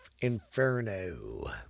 inferno